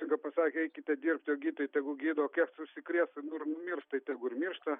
staiga pasakė eikite dirbt o gydytojai tegu gydo kiek užsikrės mirs tai tegul ir miršta